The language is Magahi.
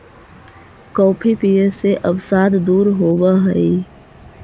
कॉफी पीये से अवसाद दूर होब हई